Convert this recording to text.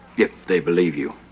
if they believe you.